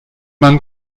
man